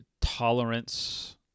Tolerance